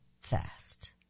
fast